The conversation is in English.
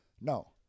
No